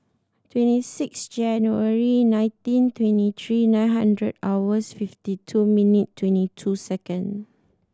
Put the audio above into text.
twenty six January nineteen twenty three nine hundred hours fifty two minute twenty two second